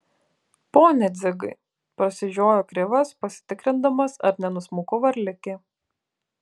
pone dzigai prasižiojo krivas pasitikrindamas ar nenusmuko varlikė